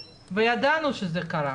וידענו שזה קרה.